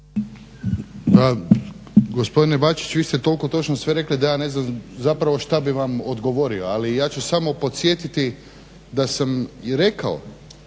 gospodine Bačić vi ste toliko točno sve rekli da ja ne znam zapravo šta bi vam odgovorio, ali ja ću samo podsjetiti da sam i rekao